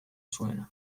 zuena